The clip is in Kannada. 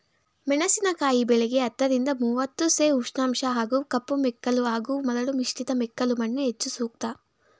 ಮೆಣಸಿನಕಾಯಿ ಬೆಳೆಗೆ ಹತ್ತರಿಂದ ಮೂವತ್ತು ಸೆ ಉಷ್ಣಾಂಶ ಹಾಗೂ ಕಪ್ಪುಮೆಕ್ಕಲು ಹಾಗೂ ಮರಳು ಮಿಶ್ರಿತ ಮೆಕ್ಕಲುಮಣ್ಣು ಹೆಚ್ಚು ಸೂಕ್ತ